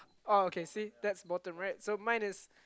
oh okay see that's bottom right so mine is